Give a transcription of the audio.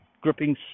gripping